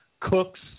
Cooks